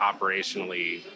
operationally